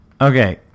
Okay